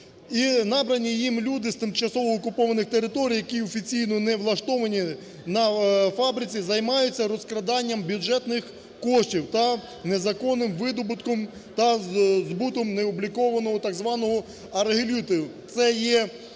набрані ним люди з тимчасово окупованих територій, які офіційно не влаштовані на фабриці, займаються розкраданням бюджетних коштів та незаконним видобутком та збутом необлікованого так званого аргіліту,